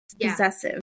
Possessive